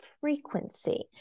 frequency